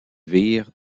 vire